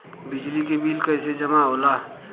बिजली के बिल कैसे जमा होला?